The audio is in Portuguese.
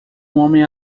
homem